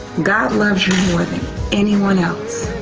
god loves you more than anyone else